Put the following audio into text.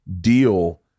deal